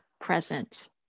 present